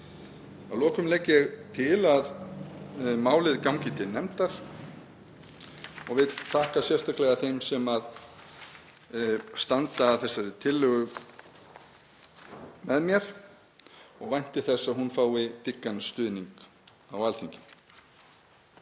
Að lokum legg ég til að málið gangi til nefndar og vil þakka sérstaklega þeim sem standa að þessari tillögu með mér og vænti þess að hún fái dyggan stuðning á Alþingi.